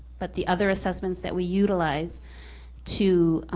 but the other assessments that we utilize to